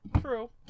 True